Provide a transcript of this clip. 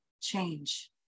change